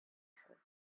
her